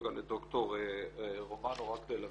לד"ר רומנו רק כדי להבין.